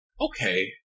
Okay